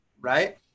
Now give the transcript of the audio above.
right